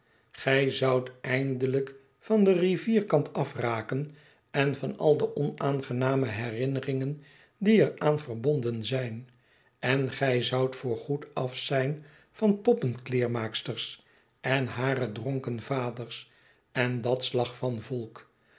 gij zoudt eindelijk van den nvierkant afraken en van al de onaangename herinneringen die eraan verbonden zijn en gij zoudt voorgoed af zijn van poppenkleermaaksters en hare droüken vaders en dat slag van volk